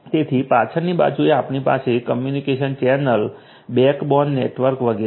તેથી પાછળની બાજુએ આપણી પાસે કમ્યુનિકેશન ચેનલ બેકબોન નેટવર્ક વગેરે છે